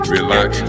Relax